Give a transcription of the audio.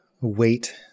weight